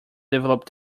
developed